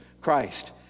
Christ